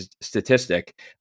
statistic